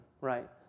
right